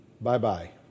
Bye-bye